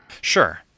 Sure